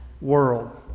world